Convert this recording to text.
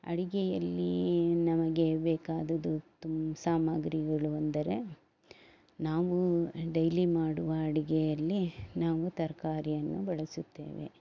ಅಡಿಗೆಯಲ್ಲಿ ನಮಗೆ ಬೇಕಾದದ್ದು ತುಂ ಸಾಮಗ್ರಿಗಳು ಅಂದರೆ ನಾವು ಡೈಲಿ ಮಾಡುವ ಅಡಿಗೆಯಲ್ಲಿ ನಾವು ತರಕಾರಿಯನ್ನು ಬಳಸುತ್ತೇವೆ